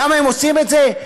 למה הם עושים את זה?